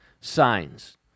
signs